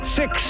six